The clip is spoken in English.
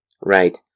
Right